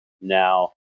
Now